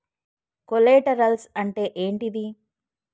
Collaterals అంటే ఏంటిది?